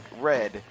red